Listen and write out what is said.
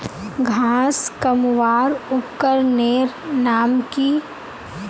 घांस कमवार उपकरनेर नाम की?